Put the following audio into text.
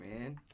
man